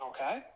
Okay